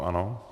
Ano.